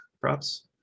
props